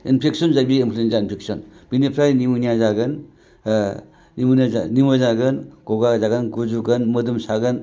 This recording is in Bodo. इनफेकसन जायो बियो इनफ्लुएन्जा इनफेकसन बिनिफ्राय निम'निया जागोन निम'निया जागोन गगा जागोन गुजुगोन मोदोम सागोन